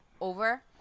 over